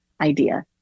idea